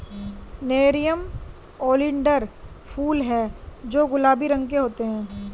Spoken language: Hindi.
नेरियम ओलियंडर फूल हैं जो गुलाबी रंग के होते हैं